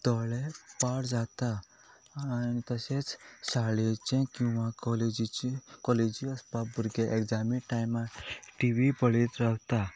दोळे पाड जाता तशेंच शाळेचे किंवा कॉलेजीची कॉलेजी आसपाक भुरगे एग्जामी टायमार टी वी पळयत रावता